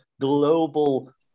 global